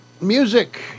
music